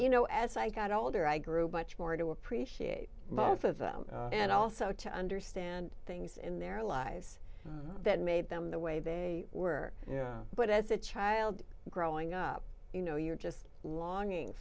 you know as i got older i grew much more to appreciate both of them and also to understand things in their lives that made them the way they were but as a child growing up you know you're just longing